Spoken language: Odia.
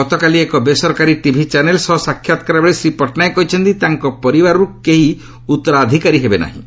ଗତକାଲି ଏକ ବେସରକାରୀ ଟିଭି ଚାନେଲ୍ ସହ ସାକ୍ଷାତ କଲାବେଳେ ଶ୍ରୀ ପଟ୍ଟନାୟକ କହିଛନ୍ତି ତାଙ୍କ ପରିବାରରୁ କେହି ଉତ୍ତରାଧିକାରୀ ହେବେ ନାହିଁ